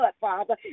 father